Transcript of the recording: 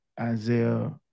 Isaiah